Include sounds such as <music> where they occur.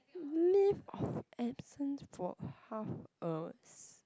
leave of absence for half a <noise>